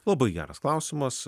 labai geras klausimas